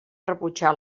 rebutjar